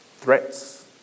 threats